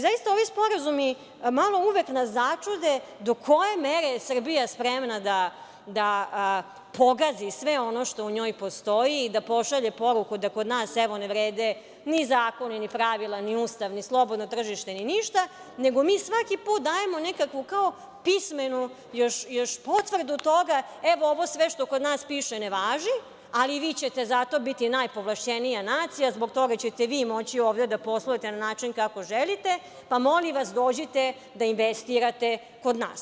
Zaista, ovi sporazumi uvek nas začude do koje mere je Srbija spremna da pogazi sve ono što u njoj postoji i da pošalje poruku da kod nas, evo, ne vrede ni zakoni, ni pravila, ni Ustav, ni slobodno tržište, ni ništa, nego mi svaki put dajemo nekakvu kao pismenu još potvrdu toga – evo, ovo sve što kod nas piše ne važi, ali vi ćete zato biti najpovlašćenija nacija, zbog toga ćete vi moći ovde da poslujete na način kako želite, pa molim vas dođite da investirate kod nas.